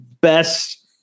best